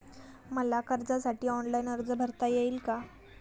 मला कर्जासाठी ऑनलाइन अर्ज भरता येईल का?